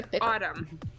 Autumn